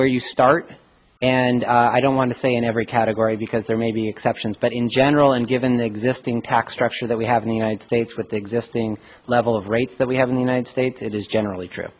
where you start and i don't want to say in every category because there may be exceptions but in general and given the existing tax structure that we have in the united states with existing level of rates that we have united states it is generally tr